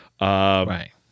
Right